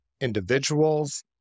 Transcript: individuals